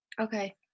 Okay